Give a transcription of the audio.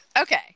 Okay